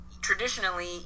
traditionally